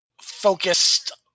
focused